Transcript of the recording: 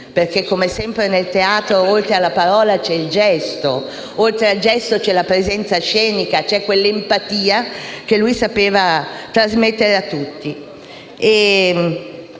perché, come sempre, nel teatro, oltre alla parola, c'è il gesto e, oltre al gesto, c'è la presenza scenica, c'è quella empatia che lui sapeva trasmettere a tutti.